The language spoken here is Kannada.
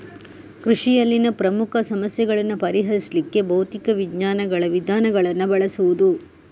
ಕೃಷಿಯಲ್ಲಿನ ಪ್ರಮುಖ ಸಮಸ್ಯೆಗಳನ್ನ ಪರಿಹರಿಸ್ಲಿಕ್ಕೆ ಭೌತಿಕ ವಿಜ್ಞಾನಗಳ ವಿಧಾನಗಳನ್ನ ಬಳಸುದು